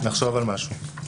נחשוב על משהו.